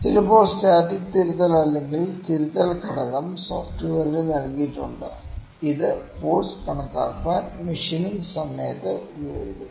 ചിലപ്പോൾ സ്റ്റാറ്റിക് തിരുത്തൽ അല്ലെങ്കിൽ തിരുത്തൽ ഘടകം സോഫ്റ്റ്വെയറിൽ നൽകിയിട്ടുണ്ട് ഇത് ഫോഴ്സ് കണക്കാക്കാൻ മെഷീനിംഗ് സമയത്ത് ഉപയോഗിക്കുന്നു